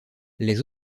les